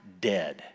dead